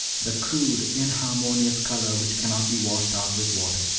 the crude, inharmonious color which cannot be washed out with water.